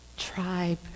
tribe